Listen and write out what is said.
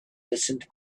listened